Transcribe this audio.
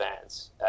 fans